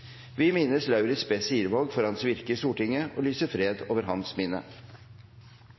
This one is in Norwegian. Vi minnes Lauritz B. Sirevaag for hans virke i Stortinget, og lyser fred over hans minne.